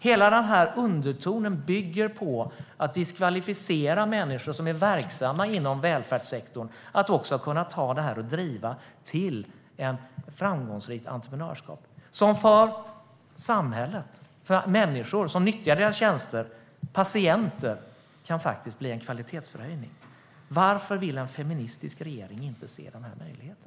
Hela undertonen bygger på att diskvalificera människor som är verksamma inom välfärdssektorn att driva ett framgångsrikt entreprenörskap som för samhället, för människor som nyttjar deras tjänster och för patienter kan innebära en kvalitetsförhöjning. Varför vill en feministisk regering inte se dessa möjligheter?